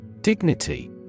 Dignity